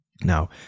Now